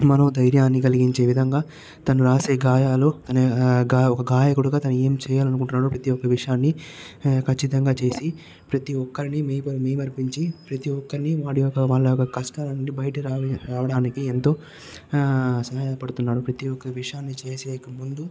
మనో ధైర్యాన్ని కలిగించే విధంగా తను రాసే గాయాలు అనే ఆ గాయ ఒక గాయకుడిగా తను ఏమి చెయ్యాలి అనుకుంటున్నాడు ప్రతి ఒక్క విషయాన్ని ఖచ్చితంగా చేసి ప్రతి ఒక్కరిని మీకోర మైమరిపించి ప్రతి ఒక్కరిని వాడి యొక్క వాళ్ల యొక్క కష్టాలను బయటికి రావ రావడానికి ఎంతో సహాయపడుతున్నాడు ప్రతి ఒక్క విషయాన్ని చేసే ముందు